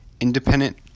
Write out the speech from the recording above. independent